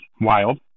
wild